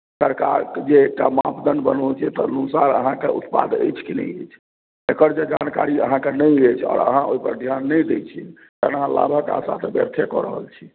सरकारके एकटा मापदण्ड बनल छै तदनुसार अहाँकेँ उत्पाद अछि कि नहि अछि एकर जे जानकारी अहाँकेँ नहि अछि आओर अहाँ ओहिपर ध्यान नहि दैत छी तहन अहाँ लाभक आशा तऽ व्यर्थे कऽ रहल छी